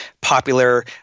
popular